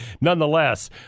nonetheless